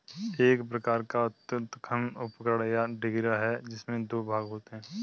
एक प्रकार का उत्खनन उपकरण, या डिगर है, जिसमें दो भाग होते है